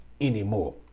anymore